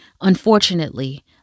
unfortunately